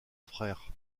frère